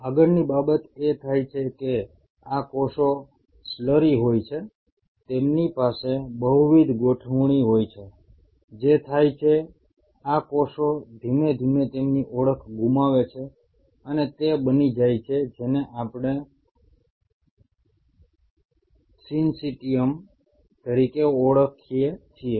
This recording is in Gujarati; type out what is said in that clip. આગળની બાબત એ થાય છે કે આ કોષો સ્લરી હોય છે તેમની પાસે બહુવિધ ગોઠવણી હોય છે જે થાય છે આ કોષો ધીમે ધીમે તેમની ઓળખ ગુમાવે છે અને તે બની જાય છે જેને આપણે સિન્સીટીયમ તરીકે ઓળખીએ છીએ